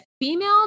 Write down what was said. female